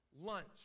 Lunch